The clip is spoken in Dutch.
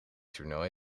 toernooi